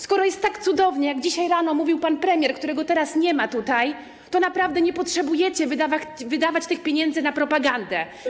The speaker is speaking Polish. Skoro jest tak cudownie, jak dzisiaj rano mówił pan premier, którego teraz nie ma tutaj, to naprawdę nie potrzebujecie wydawać tych pieniędzy na propagandę.